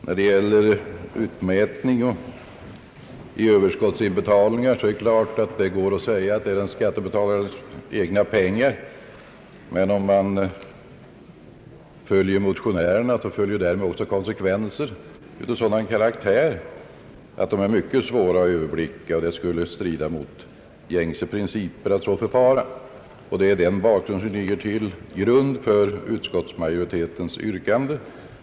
När det gäller utmätning i överskottsinbetalningar kan man naturligtvis säga att det är skattebetalarnas egna pengar. Men om man följer motionärerna blir det konsekvenser av sådan karaktär att de är mycket svåra att överblicka. Det skulle strida mot gängse principer att så förfara. Detta är bakgrunden till utskottsmajoritetens ställningstagande.